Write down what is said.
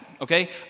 okay